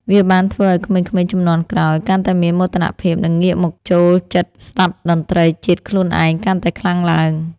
វាបានធ្វើឱ្យក្មេងៗជំនាន់ក្រោយកាន់តែមានមោទនភាព និងងាកមកចូលចិត្តស្តាប់តន្ត្រីជាតិខ្លួនឯងកាន់តែខ្លាំងឡើង។